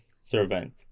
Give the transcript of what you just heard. servant